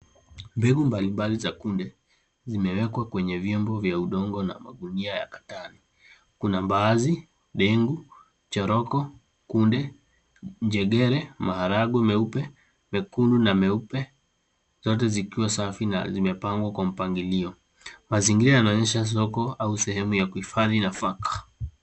Mbegu mbalimbali za kunde zimewekwa kwenye vyombo vya udongo na magunia ya katali. Kuna mbaazi, ndengu, choroko, kunde, njegere, maharagwe meupe- mekundu na meupe, zote zikiwa safi na zimepangwa kwa mpangilio. Mazingira yanaonyesha soko au sehemu ya kuhifadhi nafaka.